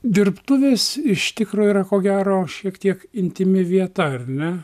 dirbtuvės iš tikro yra ko gero šiek tiek intymi vieta ar ne